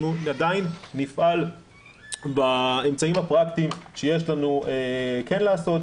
אנחנו עדיין נפעל באמצעים הפרקטיים שיש לנו כן לעשות,